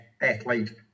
athlete